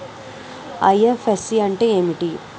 IFSC అంటే ఏమిటి?